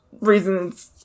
Reasons